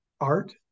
Art